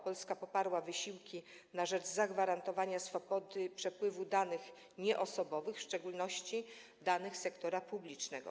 Polska poparła wysiłki na rzecz zagwarantowania swobody przepływu danych nieosobowych, w szczególności danych sektora publicznego.